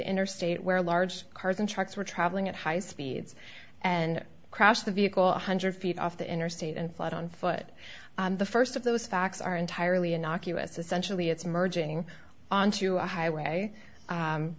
interstate where large cars and trucks were traveling at high speeds and crashed the vehicle a hundred feet off the interstate and fled on foot the first of those facts are entirely innocuous essentially it's merging onto a highway